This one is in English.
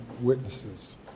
witnesses